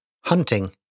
Hunting